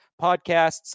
podcasts